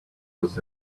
was